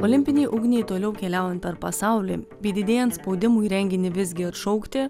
olimpinei ugniai toliau keliaujant per pasaulį bei didėjant spaudimui renginį visgi atšaukti